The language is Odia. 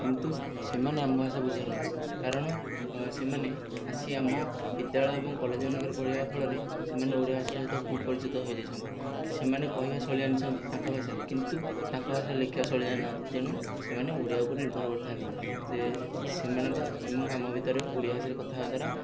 କିନ୍ତୁ ସେମାନେ ଆମ ଭାଷା ବୁଝିପାରନ୍ତି କାରଣ ସେମାନେ ଆସି ଆମ ବିଦ୍ୟାଳୟ ଏବଂ କଲେଜ ମାନଙ୍କରେ ପଢ଼ିବା ଫଳରେ ସେମାନେ ଓଡ଼ିଆ ଭାଷା ସହିତ ଖୁବ ପରିଚିତ ହୋଇଯାଇଛନ୍ତି ସେମାନେ କହିବା ଶୈଳୀ ଜାଣିଛନ୍ତି ତାଙ୍କ ଭାଷାରେ କିନ୍ତୁ ତାଙ୍କ ଭାଷାରେ ଲେଖିବା ଶୈଳୀ ଜାଣିନାହାନ୍ତି ତେଣୁ ସେମାନେ ଓଡ଼ିଆ ଭାଷା ଉପରେ ନିର୍ଭରକରିଥାନ୍ତି ସେ ସେମାନଙ୍କ ଏବଂ ଆମ ଭିତରେ ଓଡ଼ିଆ ଭାଷାରେ କଥା ହବା ଦ୍ୱାରା